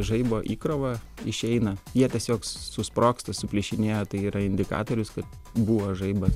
žaibo įkrova išeina jie tiesiog susprogsta suplyšinėja tai yra indikatorius kad buvo žaibas